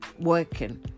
working